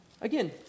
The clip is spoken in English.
Again